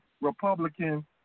Republican